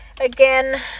again